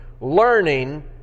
learning